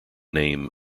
name